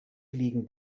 liegen